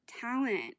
talent